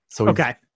Okay